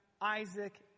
Isaac